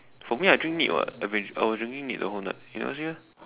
for me I drink neat [what] I was I was drinking neat the whole night you never see meh